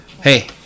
hey